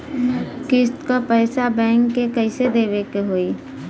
किस्त क पैसा बैंक के कइसे देवे के होई?